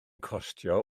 costio